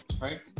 Right